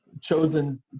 chosen